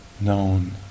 known